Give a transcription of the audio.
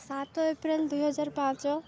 ସାତ ଏପ୍ରିଲ ଦୁଇହଜାର ପାଞ୍ଚ